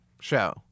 show